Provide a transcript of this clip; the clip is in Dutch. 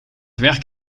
werk